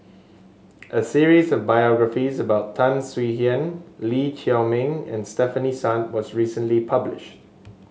a series of biographies about Tan Swie Hian Lee Chiaw Meng and Stefanie Sun was recently published